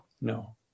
no